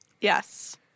Yes